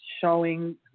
showing